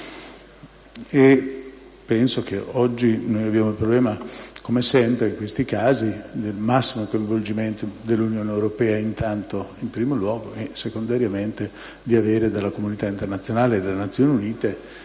penso che oggi abbiamo il problema, come sempre in questi casi, del massimo coinvolgimento dell'Unione europea in primo luogo e, secondariamente, di avere dalla Comunità internazionale e dalle Nazioni Unite